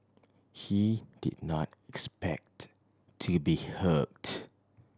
he did not expect to be hooked